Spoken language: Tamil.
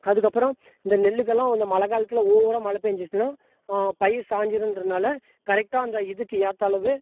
அதுக்கப்புறம் இந்த நெல்லுக்கெல்லாம் அந்த மழை காலத்தில் ஓவராக மழை பெஞ்சுன்னால் பயிர் சாஞ்சுரும்ன்றனால கரெட்டாக அந்த இதுக்கு ஏற்ற அளவு